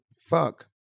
fuck